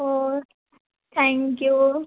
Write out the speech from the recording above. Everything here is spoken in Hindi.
oh thank you